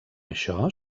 això